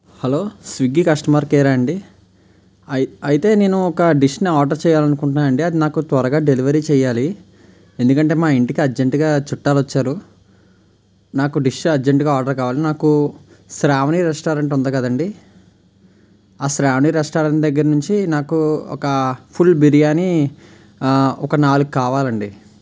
hello Swiggy customer కేరా అండి అయి అయితే నేను ఒక డిష్ని ఆర్డర్ చేయాలనుకుంటున్నానండి అది నాకు త్వరగా డెలివరీ చేయాలి ఎందుకంటే మా ఇంటికి అర్జెంటుగా చుట్టాలు వచ్చారు నాకు డిష్ అర్జెంటుగా ఆర్డర్ కావాలి నాకు శ్రావణి రెస్టారెంట్ ఉంది కదండీ ఆ శ్రావణి రెస్టారెంట్ దగ్గర నుంచి నాకు ఒక ఫుల్ బిరియాని ఒక నాలుగు కావాలండి